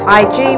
ig